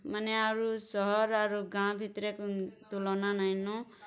ମାନେ ଆରୁ ସହର୍ ଆରୁ ଗାଁ ଭିତରେ ତୁଲନା ନାଇଁନ